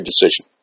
decision